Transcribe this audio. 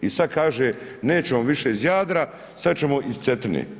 I sada kaže nećemo više iz Jadra, sada ćemo iz Cetine.